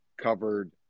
covered